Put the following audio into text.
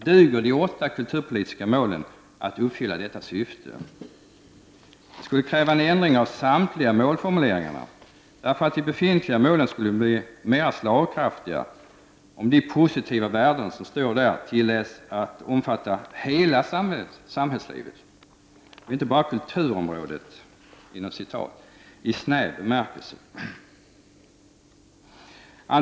Duger de åtta kulturpolitiska målen att uppfylla detta syfte? Det skulle kräva en ändring av samtliga målformuleringar, därför att de befintliga målen skulle bli mer slag kraftiga om de positiva värden som står där tilläts omfatta hela samhällslivet och inte bara ”kulturområdet” i snäv bemärkelse.